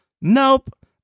nope